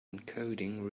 encoding